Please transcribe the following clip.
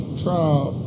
trial